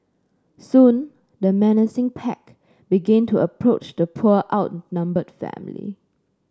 soon the menacing pack began to approach the poor outnumbered family